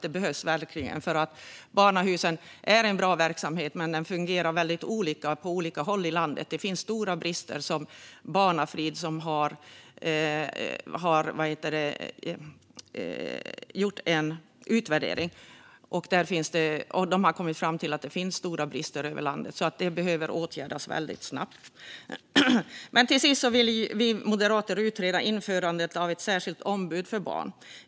Den behövs verkligen, för barnahusen är en bra verksamhet som dock fungerar väldigt olika på olika håll i landet. Det finns stora brister, enligt Barnafrid. De har gjort en utvärdering och kommit fram till att det finns stora brister över landet. Det behöver alltså åtgärdas väldigt snabbt. Till sist vill vi moderater utreda införandet av ett särskilt ombud för barn.